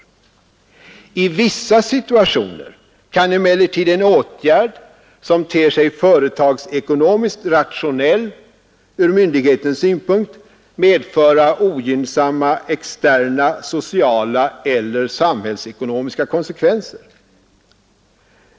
I vissa situationer kan emellertid en åtgärd som ter sig företagsekonomiskt rationell ur myndighetens synpunkt medföra ogynnsamma externa, sociala eller samhällsekonomiska konsekvenser.